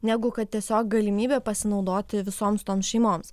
negu kad tiesiog galimybė pasinaudoti visoms toms šeimoms